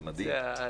זה מדהים.